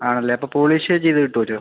ആണല്ലേ അപ്പോൾ പോളിഷ് ചെയ്തു കിട്ടുമല്ലോ